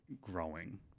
growing